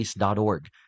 org